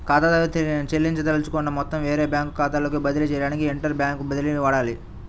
ఖాతాదారుడు చెల్లించదలుచుకున్న మొత్తం వేరే బ్యాంకు ఖాతాలోకి బదిలీ చేయడానికి ఇంటర్ బ్యాంక్ బదిలీని వాడాలి